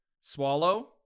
Swallow